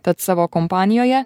tad savo kompanijoje